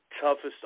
toughest